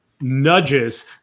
nudges